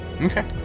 Okay